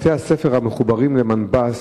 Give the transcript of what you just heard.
בתי-הספר המחוברים למנב"ס,